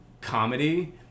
comedy